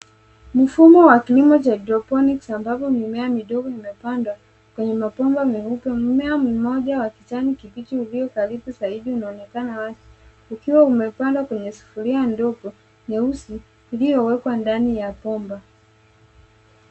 Mfumo wa kilimo wa geopolics ambapo mimea midogo imepandwa kwenye mabomba meupe. Mmea mmoja wa kijani uliosarifu zaidi unaonekana wazi ukiwa umepandwa kwenye sufuria ndogo nyeusi iliyowekwa ndani ya bomba.